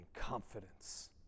confidence